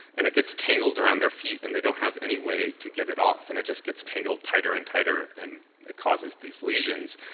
and it gets tangled around their feet, and they don't have any way to get it off. and it just gets tangled tighter and tighter, and it causes these lesions.